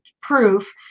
proof